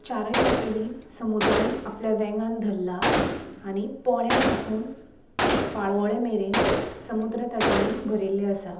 चारय वाटेनी समुद्रान आपल्या वेंगान धरला आनी पोळ्या साकून पाळोळे मेरेन समुद्र तटांनी भरिल्लें आसा